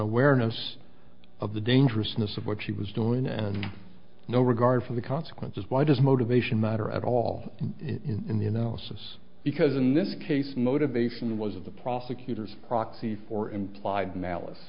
awareness of the dangerousness of what she was doing and no regard for the consequences why does motivation matter at all in the you know since because in this case motivation was of the prosecutor's proxy for implied malice